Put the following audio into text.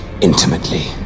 intimately